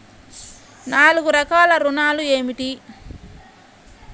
నాలుగు రకాల ఋణాలు ఏమిటీ?